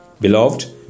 Beloved